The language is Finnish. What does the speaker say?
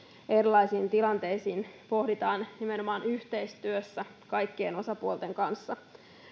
erilaisiin tilanteisiin pohditaan nimenomaan yhteistyössä kaikkien osapuolten kanssa